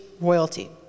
royalty